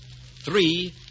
Three